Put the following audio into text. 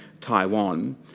Taiwan